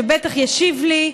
שבטח ישיב לי,